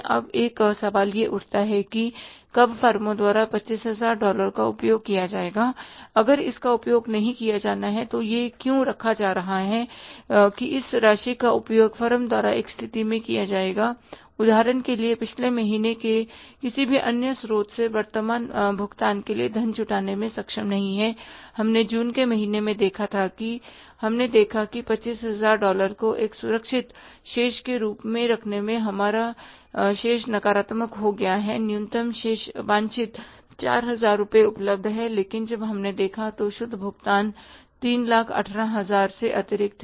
अब एक सवाल यह उठता है कि कब फर्मों द्वारा 25000 डॉलर का उपयोग किया जाएगा अगर इसका उपयोग नहीं किया जाना चाहिए तो यह क्यों रखा जा रहा है कि इस राशि का उपयोग फर्म द्वारा एक स्थिति में किया जाएगा उदाहरण के लिए पिछले महीने के किसी भी अन्य स्रोत से वर्तमान भुगतान के लिए धन जुटाने में सक्षम नहीं हैं हमने जून के महीने में देखा था कि हमने देखा कि 25000 डॉलर को एक सुरक्षित शेष के रूप में रखने से हमारा शेर शेष नकारात्मक हो गया है न्यूनतम शेष वांछित 4000 रुपये उपलब्ध हैं लेकिन जब हमने देखा तो शुद्ध भुगतान 318000 से अतिरिक्त है